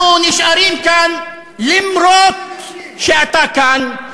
אנחנו נשארים כאן אף שאתה כאן,